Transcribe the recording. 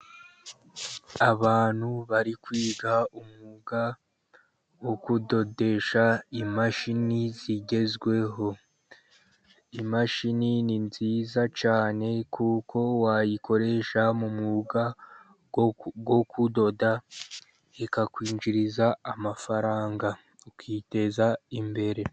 Abantu barimo kwiga umwuga wo kudodesha imashini zigezweho. Imashini , ni nziza cyane, kuko wayikoresha mu mwuga wo kudoda ikakwinjiriza amafaranga ukiteza imbere .